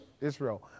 Israel